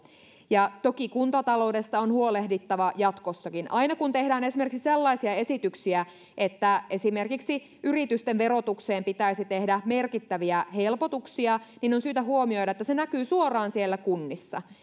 ja toki kuntataloudesta on huolehdittava jatkossakin aina kun tehdään esimerkiksi sellaisia esityksiä että yritysten verotukseen pitäisi tehdä merkittäviä helpotuksia niin on syytä huomioida että se näkyy suoraan siellä kunnissa